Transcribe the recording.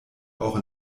auch